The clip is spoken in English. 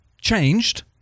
changed